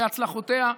בהצלחותיה.